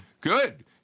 Good